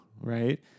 right